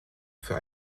für